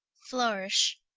flourish.